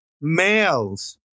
males